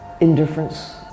indifference